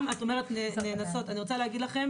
את מדברת על נאנסות ואני יכולה להגיד לכם